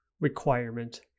requirement